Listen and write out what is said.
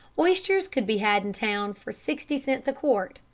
oysters could be had in town for sixty cents a quart,